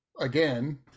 again